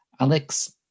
Alex